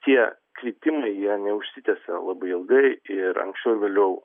tie kritimai jie neužsitęsia labai ilgai ir anksčiau ar vėliau